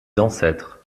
ancêtres